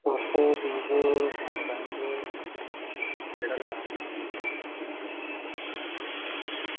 Oppo Vivo Samsung ते केह्ड़ा लैना